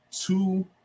two